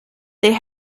they